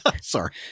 Sorry